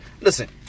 Listen